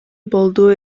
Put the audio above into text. болду